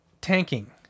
tanking